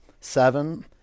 seven